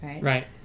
right